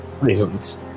reasons